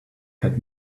had